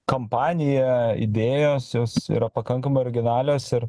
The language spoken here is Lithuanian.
kampanija idėjos jos yra pakankamai originalios ir